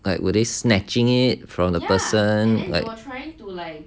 like were they snatching it from the person like trying to like